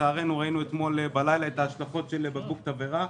לצערנו ראינו אתמול בלילה את ההשלכות של בקבוק תבערה,